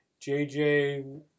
jj